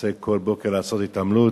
מנסה כל בוקר לעשות התעמלות,